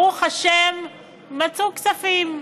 ברוך השם מצאו כספים.